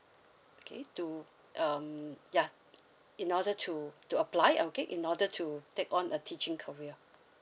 okay to um ya in order to to apply okay in order to take on a teaching career